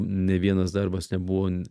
nė vienas darbas nebuvo